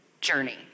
journey